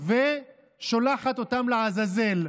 נא לסיים.